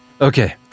Okay